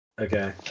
Okay